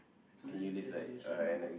today education ah